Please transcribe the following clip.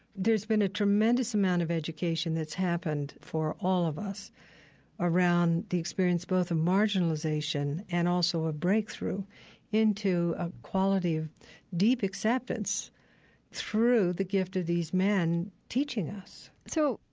there's been a tremendous amount of education that's happened for all of us around the experience both of marginalization and also a breakthrough into a quality of deep acceptance through the gift of these men teaching us so,